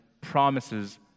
promises